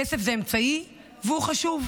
כסף זה אמצעי, והוא חשוב,